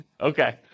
Okay